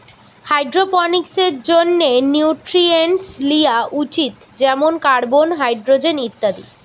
হাইড্রোপনিক্সের জন্যে নিউট্রিয়েন্টস লিয়া উচিত যেমন কার্বন, হাইড্রোজেন ইত্যাদি